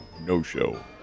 no-show